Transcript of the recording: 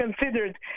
considered